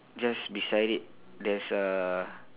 just beside it there's uh